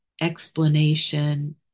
explanation